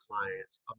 clients